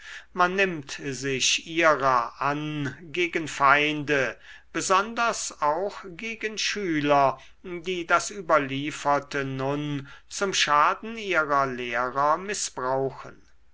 man nimmt sich ihrer an gegen feinde besonders auch gegen schüler die das überlieferte nun zum schaden ihrer lehrer mißbrauchen